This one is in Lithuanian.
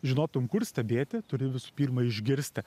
žinotum kur stebėti turi visų pirma išgirsti